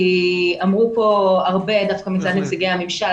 כי אמרו פה הרבה דווקא מצד נציגי הממשל